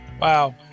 Wow